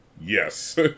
Yes